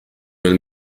nel